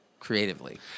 Creatively